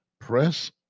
press